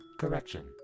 Correction